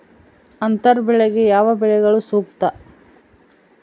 ಅಂತರ ಬೆಳೆಗೆ ಯಾವ ಬೆಳೆಗಳು ಸೂಕ್ತ?